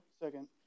second